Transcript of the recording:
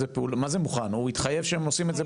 קח את זה, קח את זה